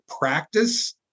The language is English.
practice